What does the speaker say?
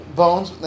bones